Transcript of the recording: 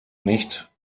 nicht